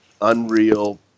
unreal